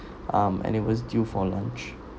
um it was due for lunch